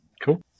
Cool